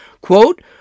Quote